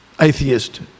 atheist